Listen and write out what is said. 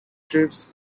trips